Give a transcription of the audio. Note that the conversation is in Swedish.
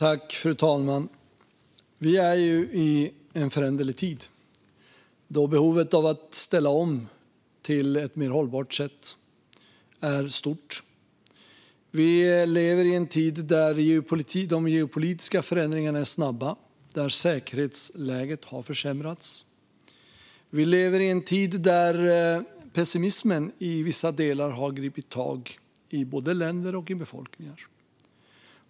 Fru talman! Vi är i en föränderlig tid, då behovet av att ställa om till ett mer hållbart sätt är stort. Vi lever i en tid där de geopolitiska förändringarna är snabba och där säkerhetsläget har försämrats. Vi lever i en tid där pessimismen i vissa delar har gripit tag i både länder och befolkningar.